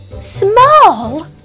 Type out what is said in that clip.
small